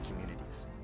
communities